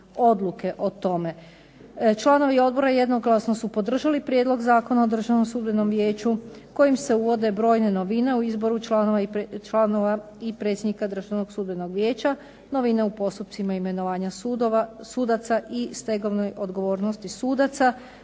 odluke o tome. Članovi odbora jednoglasno su podržali Prijedlog zakona o Državnom sudbenom vijeću kojim se uvode brojne novine u izboru članova i predsjednika Državnog sudbenog vijeća, novine u postupcima imenovanja sudaca i stegovne odgovornosti sudaca,